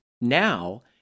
Now